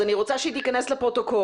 אז אני רוצה שהיא תיכנס לפרוטוקול,